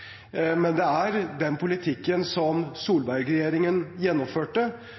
Men det er den politikken som Solberg-regjeringen gjennomførte,